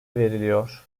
veriliyor